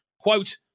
quote